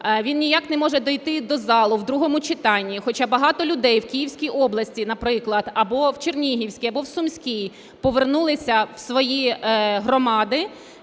Він ніяк не може дійти до залу в другому читанні, хоча багато людей в Київській області, наприклад, або в Чернігівській, або в Сумській повернулися в свої громади,